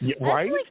Right